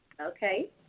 Okay